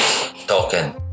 token